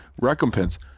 recompense